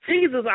Jesus